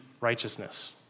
righteousness